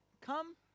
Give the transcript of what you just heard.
come